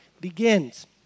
begins